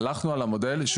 והלכנו על המודל.